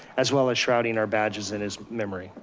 as well as shrouding our badges in his memory.